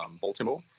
Baltimore